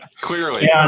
Clearly